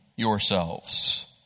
yourselves